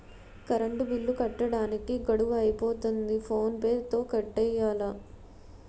current bill కట్టడానికి గడువు అయిపోతంది ఫోన్ పే తో కట్టియ్యాల